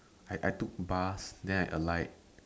I I took bus then I alight